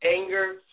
anger